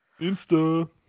Insta